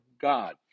God